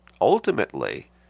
ultimately